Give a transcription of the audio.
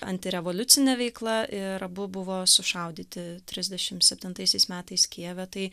antirevoliucine veikla ir abu buvo sušaudyti trisdešim septintaisiais metais kijeve tai